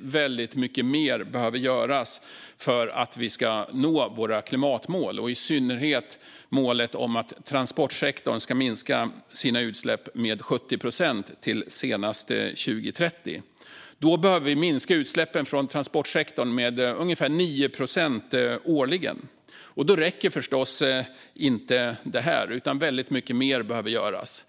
väldigt mycket mer behöver göras för att vi ska nå våra klimatmål, i synnerhet målet om att transportsektorn ska minska sina utsläpp med 70 procent till senast 2030. Då behöver vi minska utsläppen från transportsektorn med ungefär 9 procent årligen. Då räcker förstås inte detta, utan väldigt mycket mer behöver göras.